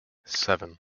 seven